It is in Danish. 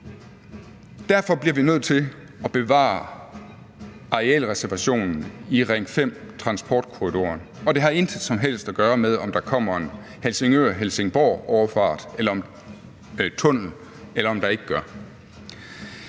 Derfor bliver vi nødt til at bevare arealreservationen i Ring 5-transportkorridoren, og det har intet som helst at gøre med, om der kommer en Helsingør-Helsingborg-tunnel, eller om der ikke gør.